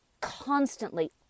Constantly